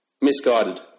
Misguided